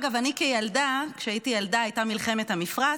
אגב, כשהייתי ילדה הייתה מלחמת המפרץ,